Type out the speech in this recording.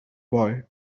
boy